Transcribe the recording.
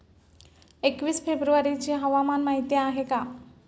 एकवीस फेब्रुवारीची हवामान माहिती आहे का?